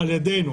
על ידינו,